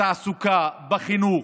בתעסוקה, בחינוך.